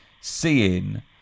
seeing